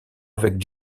avec